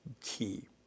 key